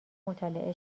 مطالعه